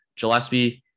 Gillespie